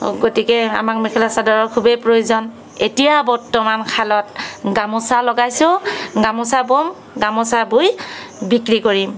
গতিকে আমাক মেখেলা চাদৰ খুবেই প্ৰয়োজন এতিয়া বৰ্তমান শালত গামোচা লগাইছোঁ গামোচা ব'ম গামোচা বৈ বিক্ৰী কৰিম